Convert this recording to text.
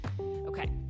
Okay